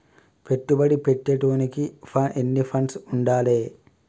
పెట్టుబడి పెట్టేటోనికి ఎన్ని ఫండ్స్ ఉండాలే?